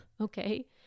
okay